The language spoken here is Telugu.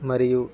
మరియు